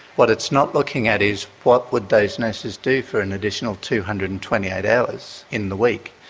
what it's not looking at is what would those nurses do for an additional two hundred and twenty eight hours in the week,